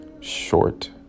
short